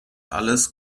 alles